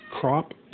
crop